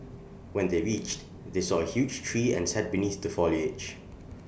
when they reached they saw A huge tree and sat beneath the foliage